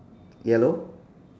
yellow